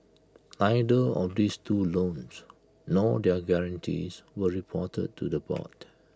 neither of this two loans nor their guarantees were reported to the board